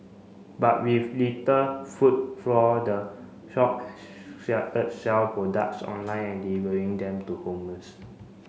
but with little footfall the shop sell products online and delivering them to